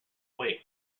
wig